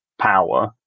power